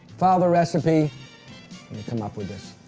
follow the recipe and you come up with this.